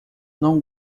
não